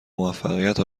موفقیت